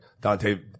Dante